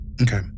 Okay